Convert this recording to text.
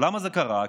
למה זה קרה?